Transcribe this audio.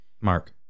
Mark